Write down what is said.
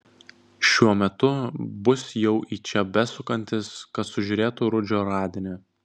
šiuo metu bus jau į čia besukantis kad sužiūrėtų rudžio radinį